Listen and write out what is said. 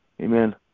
Amen